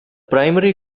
primary